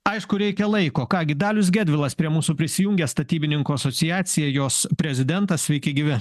aišku reikia laiko ką gi dalius gedvilas prie mūsų prisijungia statybininkų asociacija jos prezidentas sveiki gyvi